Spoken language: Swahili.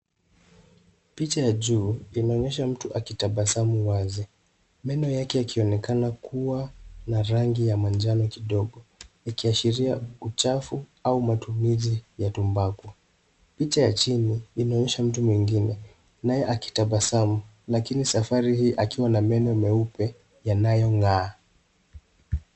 Picha ya juu inaonyesha mtu akitabasamu wazi, meno yake yakionekana kuwa na rangi ya manjano kidogo ikiashiria uchafu au matumizi ya tumbako. Picha ya chini inaonyesha mtu mwengine, naye akitabasamu lakini safari hii akiwa na meno meupe yanayong'aa.